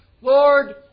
Lord